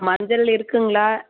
மஞ்சள் இருக்குங்களா